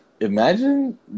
Imagine